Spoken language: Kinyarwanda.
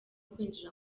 kwinjira